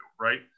right